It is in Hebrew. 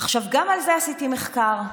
עכשיו, גם על זה עשיתי מחקר.